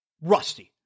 Rusty